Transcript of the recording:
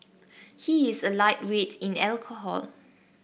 he is a lightweight in alcohol